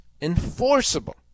enforceable